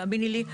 תאמיני לי.